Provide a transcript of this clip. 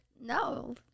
No